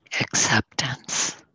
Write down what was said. acceptance